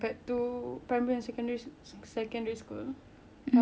I prefer primary school just cause dia macam carefree at that point